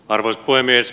arvoisa puhemies